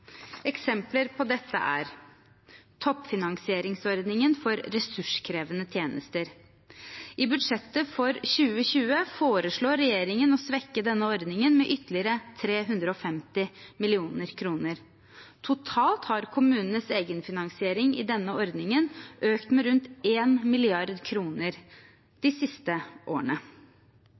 på dette er toppfinansieringsordningen for ressurskrevende tjenester. I budsjettet for 2020 foreslår regjeringen å svekke denne ordningen med ytterligere 350 mill. kr. Totalt har kommunenes egenfinansiering i denne ordningen økt med rundt 1 mrd. kr de siste årene.